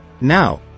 Now